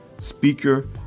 speaker